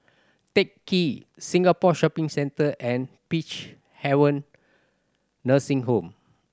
Teck Ghee Singapore Shopping Centre and Peacehaven Nursing Home